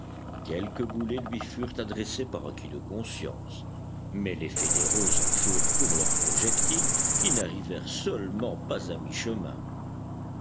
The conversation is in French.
quelques boulets lui furent adressés par acquit de conscience mais les fédéraux en furent pour leurs projectiles qui n'arrivèrent seulement pas à